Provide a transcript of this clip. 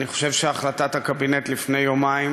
אני חושב שהחלטת הקבינט לפני יומיים